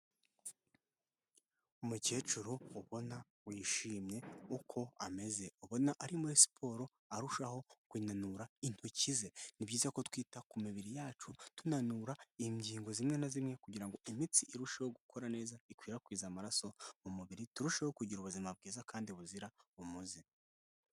Umukecuru ubona wishimye uko ameze ubona ari muri siporo arushaho kunanura intoki ze ni byiza ko twita ku mibiri yacu tunura ingingo zimwe na zimwe kugira ngo imitsi irusheho gukora neza ikwirakwize amaraso mu mubiri turusheho kugira ubuzima bwiza kandi buzira umuze.